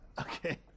Okay